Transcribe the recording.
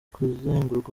kuzenguruka